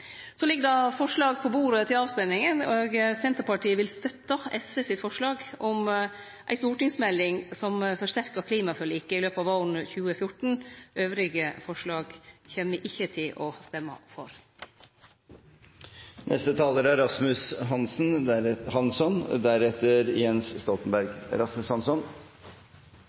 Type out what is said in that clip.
Så ligg det forslag på bordet til avstemming. Senterpartiet vil støtte SV sitt forslag om ei stortingsmelding i løpet av våren 2014 som forsterkar klimaforliket. Andre forslag kjem me ikkje til å